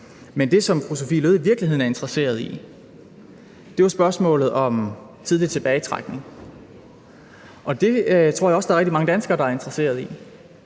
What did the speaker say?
Men det, som fru Sophie Løhde i virkeligheden er interesseret i, er jo spørgsmålet om tidlig tilbagetrækning, og det tror jeg også rigtig mange danskere er interesserede i.